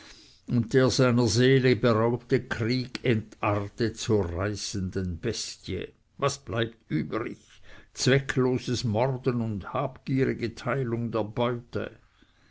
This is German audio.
der seiner seele beraubte krieg entartet zur reißenden bestie was bleibt übrig zweckloses morden und habgierige teilung der beute